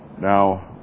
Now